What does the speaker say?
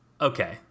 okay